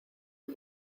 soy